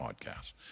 podcast